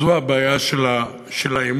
זו הבעיה של האמון.